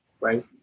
right